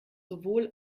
sowohl